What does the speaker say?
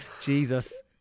Jesus